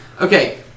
Okay